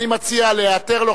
אני מציע להיעתר לו.